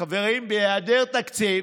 חברים, בהיעדר תקציב,